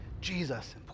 Jesus